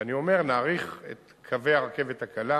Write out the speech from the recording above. ואני אומר, נאריך את קווי הרכבת הקלה,